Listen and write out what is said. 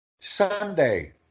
Sunday